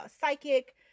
psychic